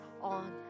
on